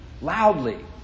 loudly